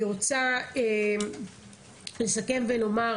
אני רוצה לסכם ולומר.